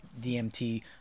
DMT